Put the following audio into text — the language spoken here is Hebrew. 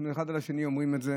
אנחנו אומרים את זה